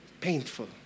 Painful